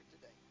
today